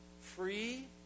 free